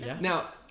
Now